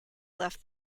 left